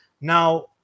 Now